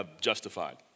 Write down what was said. justified